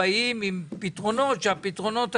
הפכו להיות נושא שהוא בלתי מתקבל על הדעת.